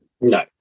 No